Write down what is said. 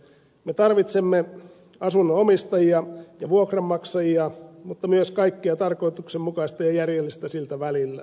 me tarvitsemme asunnonomistajia ja vuokranmaksajia mutta myös kaikkea tarkoituksenmukaista ja järjellistä siltä väliltä